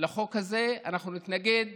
לחוק הזה, אנחנו נתנגד